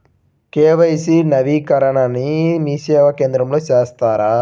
KYC నవీకరణని మీసేవా కేంద్రం లో చేస్తారా?